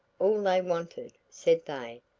all they wanted, said they,